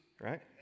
right